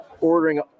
ordering